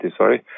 sorry